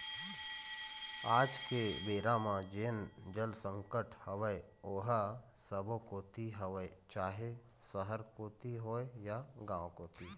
आज के बेरा म जेन जल संकट हवय ओहा सब्बो कोती हवय चाहे सहर कोती होय या गाँव कोती